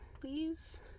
please